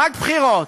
רק בחירות.